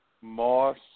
Moss